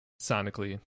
sonically